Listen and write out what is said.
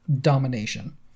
domination